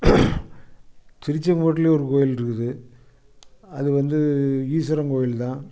திருச்செங்கோட்டுலயும் ஒரு கோயிலிருக்குது அது வந்து ஈஸ்வரன் கோயில்தான்